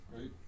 right